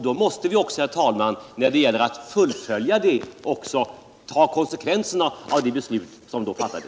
Vi måste nu ta konsekvenserna av det beslut vi då fattade.